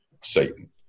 Satan